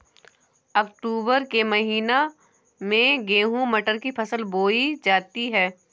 अक्टूबर के महीना में गेहूँ मटर की फसल बोई जाती है